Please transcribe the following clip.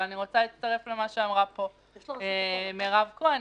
אבל אני רוצה להצטרף למה שאמרה פה מירב כהן,